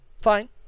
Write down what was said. fine